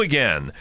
Again